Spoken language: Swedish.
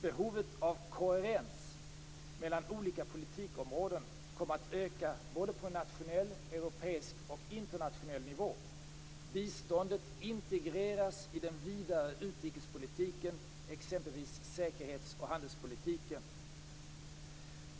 Behovet av koherens mellan olika politikområden kommer att öka på både nationell, europeisk och internationell nivå. Biståndet integreras i den vidare utrikespolitiken, exempelvis säkerhets och handelspolitiken.